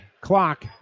clock